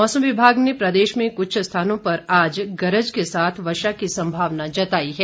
मौसम विभाग ने प्रदेश में कुछ स्थानों पर गरज के साथ वर्षा की संभावना जताई है